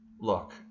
look